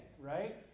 right